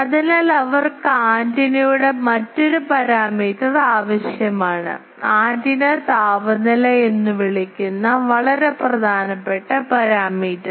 അതിനാൽ അവർക്ക് ആന്റിനയുടെ മറ്റൊരു പാരാമീറ്റർ ആവശ്യമാണ് ആന്റിന താപനില എന്ന് വിളിക്കുന്ന വളരെ പ്രധാനപ്പെട്ട പാരാമീറ്റർ